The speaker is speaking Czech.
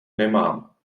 nemám